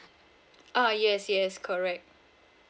ah yes yes correct